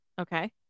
Okay